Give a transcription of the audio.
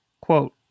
quote